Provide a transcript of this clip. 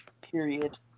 period